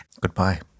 Goodbye